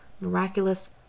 miraculous